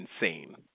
insane